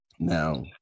Now